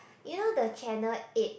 you know the channel eight